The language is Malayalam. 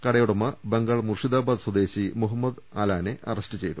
കടയുടമ ബംഗാൾ മൂർഷിദാബാദ് സ്വദേശി മുഹമ്മദ് ആലാനെ അറസ്റ്റു ചെയ്തു